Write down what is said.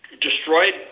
destroyed